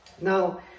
Now